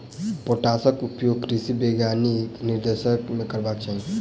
पोटासक उपयोग कृषि वैज्ञानिकक निर्देशन मे करबाक चाही